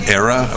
era